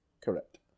Correct